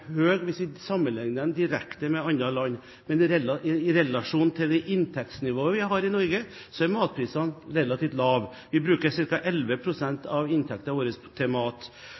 direkte med matvarepriser i andre land. Men i relasjon til det inntektsnivået vi har i Norge, er matvareprisene relativt lave. Vi bruker ca. 11 pst. av inntekten vår til mat.